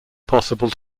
possible